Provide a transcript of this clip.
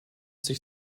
sich